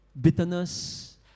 Bitterness